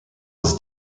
was